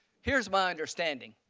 here is my understanding,